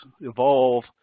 evolve